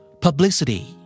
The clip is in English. Publicity